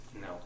No